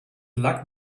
luck